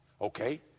Okay